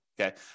okay